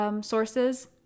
sources